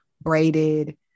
braided